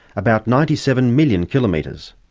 about ninety seven million kilometres.